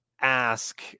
ask